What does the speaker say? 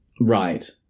Right